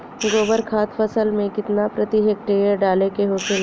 गोबर खाद फसल में कितना प्रति हेक्टेयर डाले के होखेला?